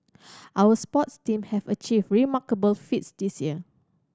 our sports team have achieved remarkable feats this year